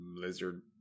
lizard